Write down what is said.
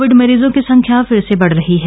Covid मरीजों की संख्या फिर से बढ़ रही है